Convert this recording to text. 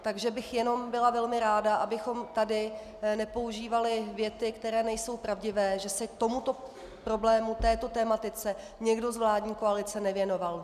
Takže bych jenom byla velmi ráda, abychom tady nepoužívali věty, které nejsou pravdivé, že se tomuto problému, této tematice, někdo z vládní koalice nevěnoval.